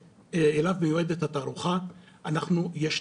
זה פתוח רק לציבור שאליו מיועדת התערוכה.